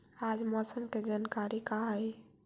आज मौसम के जानकारी का हई?